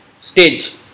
stage